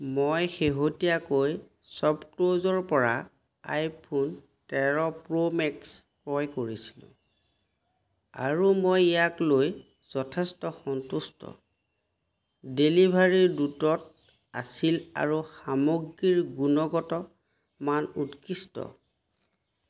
মই শেহতীয়াকৈ শ্বপক্লুজৰপৰা আইফোন তেৰ প্ৰ'মেক্স ক্ৰয় কৰিছিলোঁ আৰু মই ইয়াক লৈ যথেষ্ট সন্তুষ্ট ডেলিভাৰী দ্ৰুতত আছিল আৰু সামগ্ৰীৰ গুণগত মান উৎকৃষ্ট